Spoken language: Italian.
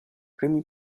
primi